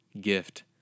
gift